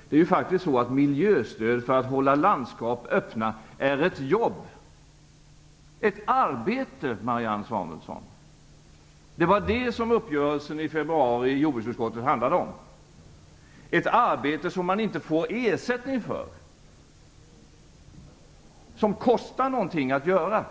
Att hålla landskap öppna genom att ge miljöstöd är faktiskt ett jobb, ett arbete, Marianne Samuelsson! Det var det som uppgörelsen i februari i jordbruksutskottet handlade om. Att hålla landskapet öppet, som vi alla vill och pratar vackert om, är ett arbete som man inte får ersättning för men som kostar någonting att utföra.